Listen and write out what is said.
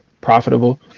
profitable